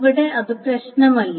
ഇവിടെ അത് പ്രശ്നമല്ല